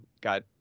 got